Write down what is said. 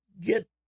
get